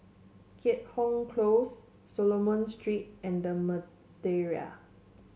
Keat Hong Close Solomon Street and The Madeira